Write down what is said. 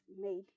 made